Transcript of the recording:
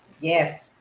Yes